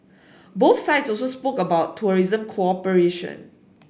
both sides also spoke about tourism cooperation